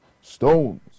stones